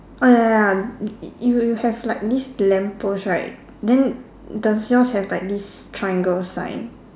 oh ya ya y~ you have like this lamp post right then the sales have like this triangle sign